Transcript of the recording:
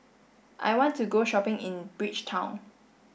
I want to go shopping in Bridgetown